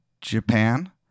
Japan